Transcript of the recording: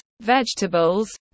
vegetables